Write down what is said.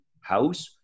house